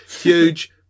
Huge